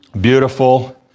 beautiful